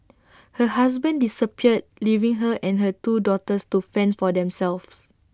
her husband disappeared leaving her and her two daughters to fend for themselves